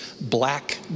black